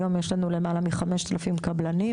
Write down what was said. היום יש לנו למעלה מ-5,000 קבלנים